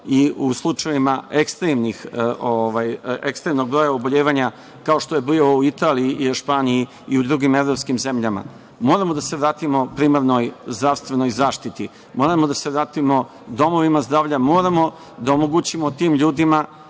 i u slučajevima ekstremnog broja oboljevanja, kao što je bio u Italiji, Španiji i u drugim evropskim zemljama. Moramo da se vratimo primarnoj zdravstvenoj zaštiti. Moramo da se vratimo domovima zdravlja, moramo da omogućimo tim ljudima